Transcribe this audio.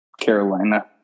Carolina